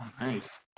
Nice